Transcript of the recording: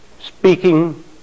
Speaking